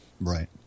Right